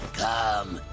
come